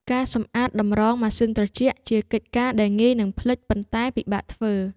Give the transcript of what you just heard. ការសម្អាតតម្រងម៉ាស៊ីនត្រជាក់ ជាកិច្ចការដែលងាយនឹងភ្លេច ប៉ុន្តែពិបាកធ្វើ។